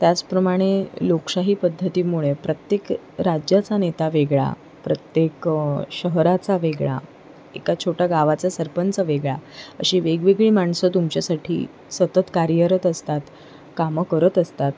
त्याचप्रमाणे लोकशाही पद्धतीमुळे प्रत्येक राज्याचा नेता वेगळा प्रत्येक शहराचा वेगळा एका छोट्या गावाचा सरपंच वेगळा अशी वेगवेगळी माणसं तुमच्यासाठी सतत कार्यरत असतात कामं करत असतात